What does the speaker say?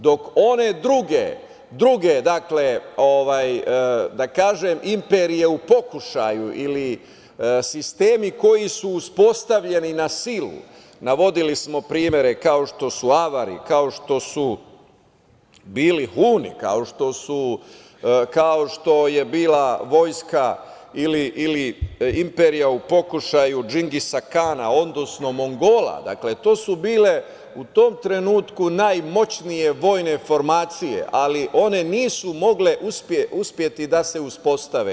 Dok one druge, da kažem, imperije u pokušaju ili sistemi koji su uspostavljeni na silu, navodili smo primere kao što su Avari, kao što su bili Huni, kao što je bila vojska ili imperija u pokušaju Džingisa Kana, odnosno Mongola, dakle to su bile u tom trenutku najmoćnije vojne formacije, ali one nisu mogle uspeti da se uspostave.